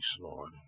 Lord